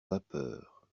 vapeur